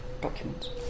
documents